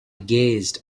gazed